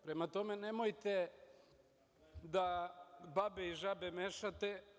Prema tome, nemojte da babe i žabe mešate.